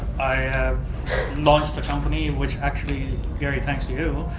i have launched a company, which actually, gary, thanks to you,